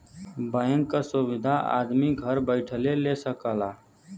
bank क सुविधा आदमी घर बैइठले ले सकला